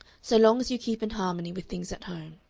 so long as you keep in harmony with things at home.